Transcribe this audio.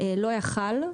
לא היה יכול,